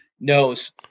knows